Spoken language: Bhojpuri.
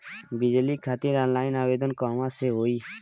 बिजली खातिर ऑनलाइन आवेदन कहवा से होयी?